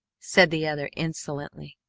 said the other insolently.